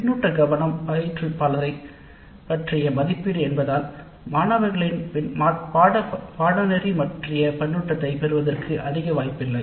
பின்னூட்ட கவனம் பாடத் திட்டத்தைப் பற்றிய மதிப்பீடு என்பதால் மாணவர்களின் பயிற்றுவிப்பாளரைப் பற்றிய கருத்துகளைப் பெறுவதற்கு அதிக வாய்ப்பில்லை